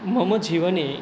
मम जीवने